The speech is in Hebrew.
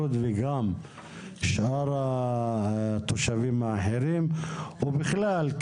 לוד וגם שאר התושבים האחרים ובכלל,